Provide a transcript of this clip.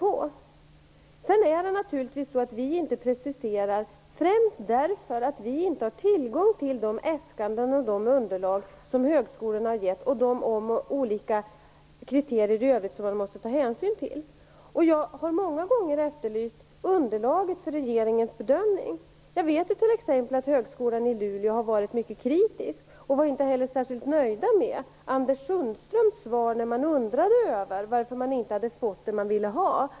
Anledningen till att vi moderater inte preciserar vårt förslag är att vi inte har tillgång till de äskanden och underlag som högskolorna har lämnat eller till de olika övriga kriterier man måste ta hänsyn till. Jag har många gånger efterlyst underlaget till regeringens bedömning. Jag vet t.ex. att man på högskolan i Luleå har varit mycket kritisk. De var inte heller särskilt nöjda med Anders Sundströms svar när de undrade över varför de inte fått det de ville ha.